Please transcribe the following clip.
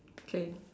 okay